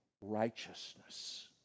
righteousness